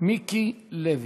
מיקי לוי.